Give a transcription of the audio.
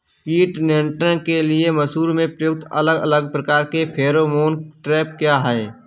कीट नियंत्रण के लिए मसूर में प्रयुक्त अलग अलग प्रकार के फेरोमोन ट्रैप क्या है?